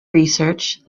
research